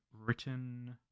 written